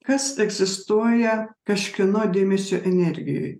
kas egzistuoja kažkieno dėmesio energijoj